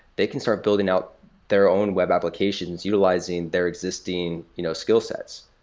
they can start building out their own web applications utilizing their existing you know skill sets.